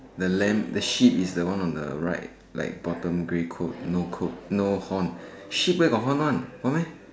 the lamb the sheep is the one on the right like bottom grey coat no coke no horn sheep where got horn one horn meh